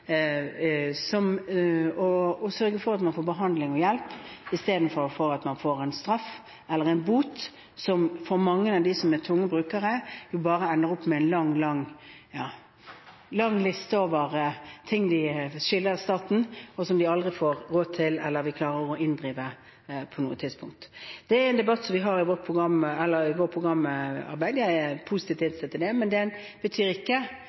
sørge for at man får behandling og hjelp – istedenfor at man får en straff eller en bot, som for mange av de tunge brukerne bare ender opp som en lang liste over ting de skylder staten, og som de aldri får råd til, eller som vi på noe tidspunkt klarer å inndrive. Det er en debatt som vi har i vårt programarbeid. Jeg er positivt innstilt til det, men det betyr ikke en legalisering av tunge narkotikaforbrytelser eller